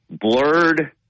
blurred